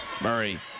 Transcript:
Murray